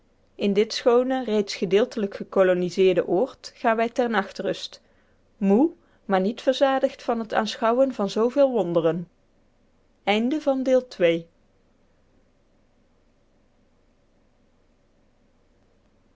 in dit schoone reeds gedeeltelijk gekoloniseerde oord gaan wij ter nachtrust moe maar niet verzadigd van t aanschouwen van zooveel wonderen